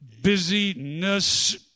busyness